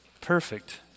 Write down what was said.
perfect